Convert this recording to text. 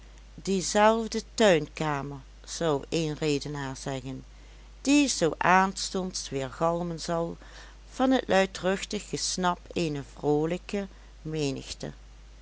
diezelfde tuinkamer zou een redenaar zeggen die zoo aanstonds weergalmen zal van het luidruchtig gesnap eener vroolijke menigte